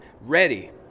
ready